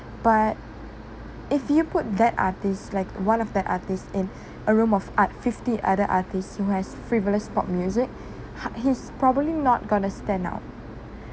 but if you put that artist like one of the artist in a room of art fifty other artists who has frivolous pop music ha~ he's probably not going to stand out